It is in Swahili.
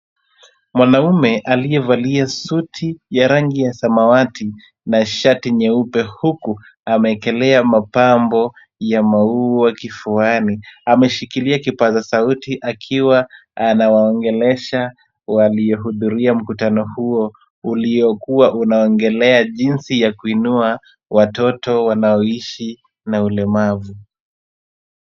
Mwanaume aliyevalia suti ya rangi ya samawati na shati nyeupe huku ameekelea mapambo ya maua kifuani, ameshikilia kipaza sauti akiwa anawaongelesha waliohudhuria mkutano huo, uliokuwa unaongelea jinsi ya kuinua watoto wanaoishi na ulemavu.